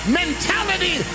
mentality